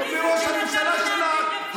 בשביל להציל את החברה מכם ומראש הממשלה שלך,